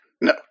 No